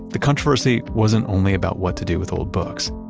the controversy wasn't only about what to do with old books.